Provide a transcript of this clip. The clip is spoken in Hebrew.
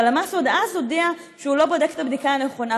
הלמ"ס עוד אז הודיע שהוא לא בודק את הבדיקה הנכונה.